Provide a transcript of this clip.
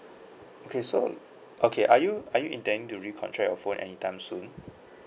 okay so okay are you are you intending to recontract your phone anytime soon